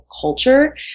culture